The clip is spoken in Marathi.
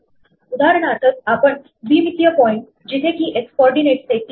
उदाहरणार्थ आपण द्विमितीय पॉईंट जिथे की x कॉर्डीनेटस हे 3